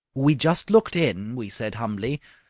we just looked in, we said, humbly,